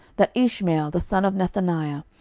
that ishmael the son of nethaniah,